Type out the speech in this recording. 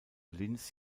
linz